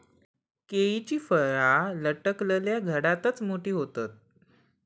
केळीची फळा लटकलल्या घडातच मोठी होतत